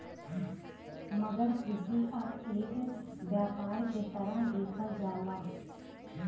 मगर कृषि अब एक व्यापार के तरह देखल जाला